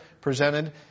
presented